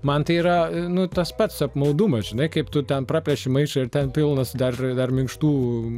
man tai yra nu tas pats apmaudumas žinai kaip tu ten praplėši maišą ir ten pilnas dar ir dar minkštų